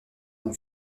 mon